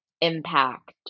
impact